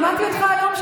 שמעתי אותך היום אומר